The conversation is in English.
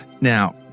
Now